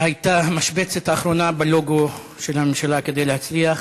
היית המשבצת האחרונה בלוגו של הממשלה כדי להצליח.